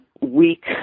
weak